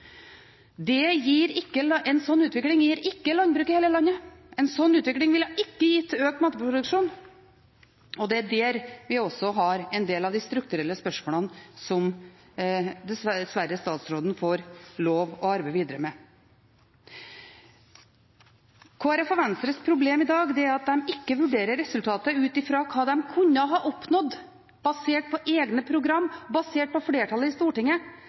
utvikling gir ikke landbruk i hele landet, en slik utvikling ville ikke gitt økt matproduksjon, og det er der vi også har en del av de strukturelle spørsmålene som statsråden dessverre får lov til å arbeide videre med. Kristelig Folkepartis og Venstres problem i dag er at de ikke vurderer resultatet ut fra hva de kunne ha oppnådd basert på egne program, basert på flertallet i Stortinget,